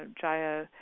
Jaya